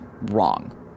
wrong